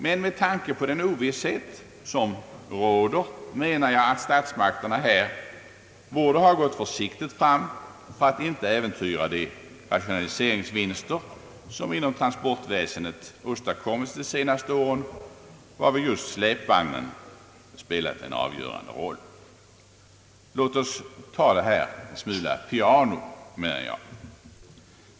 Men med tanke på den ovisshet som råder menar jag, att statsmakterna här bör gå försiktigt fram för att inte äventyra de rationaliseringsvinster som inom transportväsendet åstadkommits under de senaste åren, varvid just släpvagnen spelat en avgörande roll. Låt oss ta detta en smula piano!